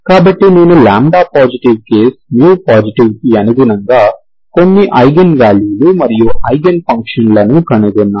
కాబట్టి నేను λ positive case μ పాజిటివ్కు అనుగుణంగా కొన్ని ఐగెన్ వాల్యూలు మరియు ఐగెన్ ఫంక్షన్లను కనుగొన్నాను